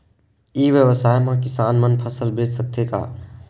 ई व्यवसाय म किसान मन फसल बेच सकथे का?